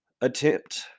attempt